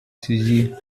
связи